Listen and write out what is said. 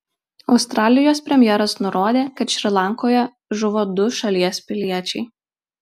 australijos premjeras nurodė kad šri lankoje žuvo du šalies piliečiai